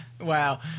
Wow